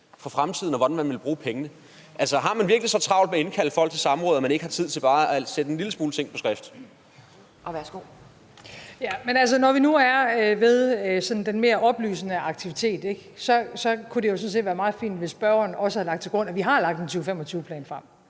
for fremtiden, og hvordan de ville bruge pengene. Har man virkelig så travlt med at indkalde folk til samråd, at man ikke har tid til bare at sætte en lille smule på skrift? Kl. 10:49 Formanden (Pia Kjærsgaard): Værsgo. Kl. 10:49 Mette Frederiksen (S): Når vi nu er ved den mere oplysende aktivitet, kunne det sådan set være meget fint, hvis spørgeren også havde lagt til grund, at vi har lagt en 2025-plan frem.